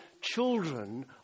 children